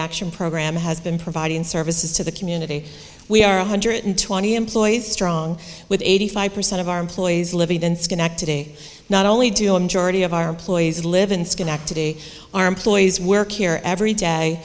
action program has been providing services to the community we are one hundred twenty employees strong with eighty five percent of our employees living in schenectady not only do a majority of our employees live in schenectady our employees work here every day